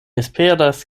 esperas